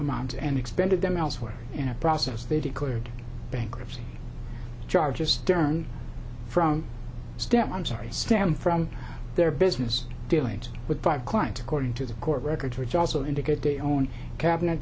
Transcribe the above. amounts and expanded them elsewhere in a process they declared bankruptcy charges stern from step i'm sorry stem from their business dealings with five client according to the court records which also indicate they own